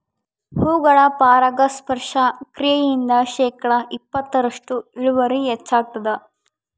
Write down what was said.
ಹೂಗಳ ಪರಾಗಸ್ಪರ್ಶ ಕ್ರಿಯೆಯಿಂದ ಶೇಕಡಾ ಇಪ್ಪತ್ತರಷ್ಟು ಇಳುವರಿ ಹೆಚ್ಚಾಗ್ತದ